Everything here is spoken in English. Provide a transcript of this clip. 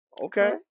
Okay